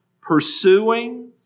pursuing